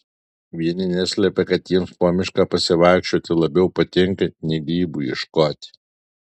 vieni neslepia kad jiems po mišką pasivaikščioti labiau patinka nei grybų ieškoti